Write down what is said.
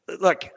Look